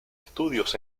estudios